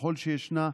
ככל שישנה,